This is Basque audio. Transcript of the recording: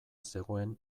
zegoen